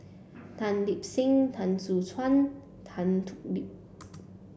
Tan Lip Seng Teo Soon Chuan Tan Thoon Lip